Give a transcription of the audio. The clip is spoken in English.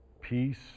peace